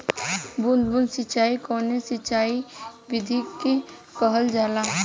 बूंद बूंद सिंचाई कवने सिंचाई विधि के कहल जाला?